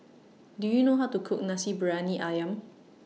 Do YOU know How to Cook Nasi Briyani Ayam